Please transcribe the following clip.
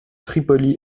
tripoli